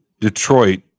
Detroit